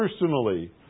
personally